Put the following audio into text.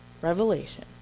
Revelation